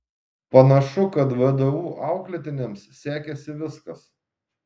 panašu kad vdu auklėtiniams sekėsi viskas